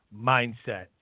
mindset